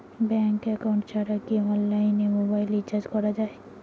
Bank account ছাড়া কি অনলাইনে মোবাইল রিচার্জ করা যায়?